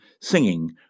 singing